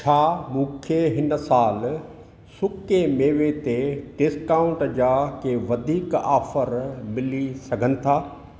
छा मूंखे हिन सालु सुके मेवे ते डिस्काउंट जा के वधीक ऑफर मिली सघनि था